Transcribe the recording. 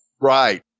Right